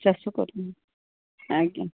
ଚାଷ ଆଜ୍ଞା